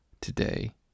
Today